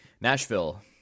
Nashville